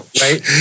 right